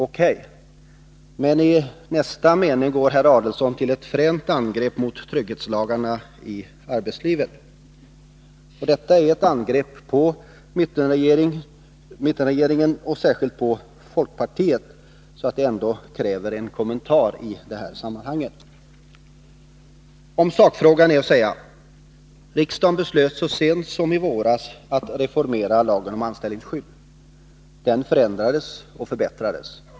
O.K., men i nästa mening gick herr Adelsohn till fränt angrepp mot trygghetslagarna i arbetslivet. Och detta är ett angrepp på mittenregeringen och särskilt på folkpartiet, och det kräver en kommentar i det här sammanhanget. Om sakfrågan är att säga: Riksdagen beslöt så sent som i våras att reformera lagen om anställningsskydd. Den förändrades och förbättrades.